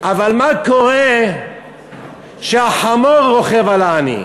אבל מה קורה כשהחמור רוכב על העני?